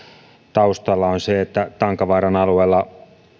taustalla on se että tankavaaran alueella